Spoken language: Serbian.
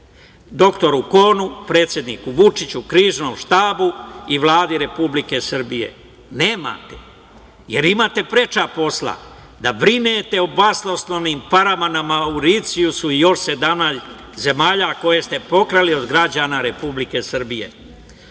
dr Konu, predsedniku Vučiću, Kriznom štabu i Vladi Republike Srbije? Nemate, jer imate preča posla da brinete o basnoslovnim parama na Mauricijusu i još 17 zemalja koje ste pokrali od građana Republike